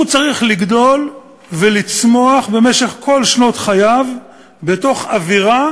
הוא צריך לגדול ולצמוח במשך כל שנות חייו בתוך אווירה